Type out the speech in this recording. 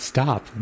Stop